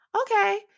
okay